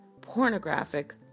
pornographic